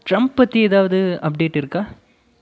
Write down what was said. Trump பற்றி ஏதாவது update இருக்கா